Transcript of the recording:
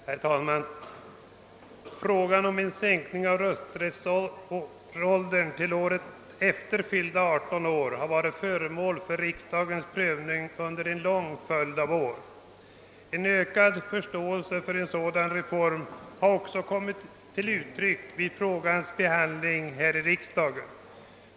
Herr talman! Frågan om en sänkning av rösträttsåldern till året efter fyllda 18 år har varit föremål för riksdagens prövning under en lång följd av år. En ökad förståelse för en sådan reform har också kommit till uttryck vid frågans behandling här i riksdagen.